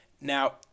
Now